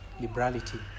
liberality